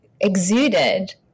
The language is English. exuded